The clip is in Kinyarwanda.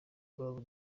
mpamvu